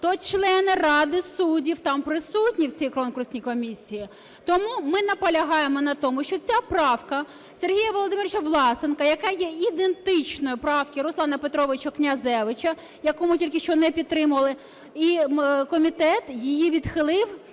то члени Ради суддів там присутні в цій конкурсній комісії. Тому ми наполягаємо на тому, що ця правка Сергія Володимировича Власенка, яка є ідентичною правки Руслана Петровича Князевича, яку ми тільки що не підтримали, і комітет її відхилив